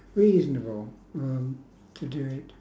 reasonable um to do it